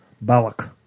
Balak